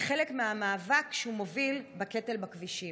כחלק מהמאבק שהוא מוביל בקטל בכבישים.